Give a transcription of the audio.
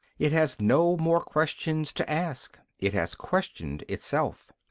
it has no more questions to ask it has questioned itself.